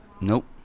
nope